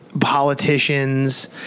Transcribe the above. politicians